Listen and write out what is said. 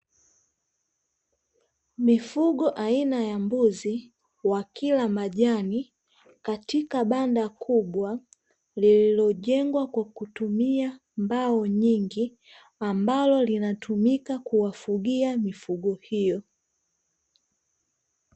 Mifugo aina ya mbuzi wakila majani katika banda kubwa lililojengwa kwa kutumia mbao nyingi ambalo linatumika kuwafugia mifugo hiyo.